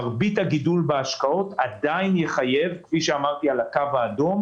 מרבית הגידול בהשקעות עדיין יחייב כפי שאמרתי על הקו האדום